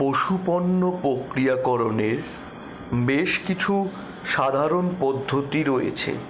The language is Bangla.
পশু পণ্য পক্রিয়াকরণের বেশ কিছু সাধারণ পদ্ধতি রয়েছে